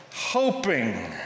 Hoping